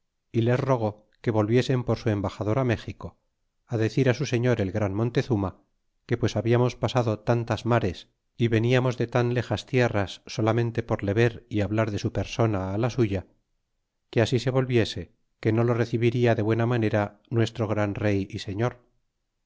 y otras cosillas yles rogó que volviesen por su embaxador méxico decir su señor el gran montezuma que pues hablamos pasado tantas mares y veniamos de tan lejas tierras solamente por le ver y hablar de su persona á la suya que así se volviese que no lo recebiria de buena manera nuestro gran rey y señor